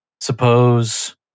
suppose